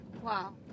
Wow